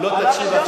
אם לא תקשיב עכשיו,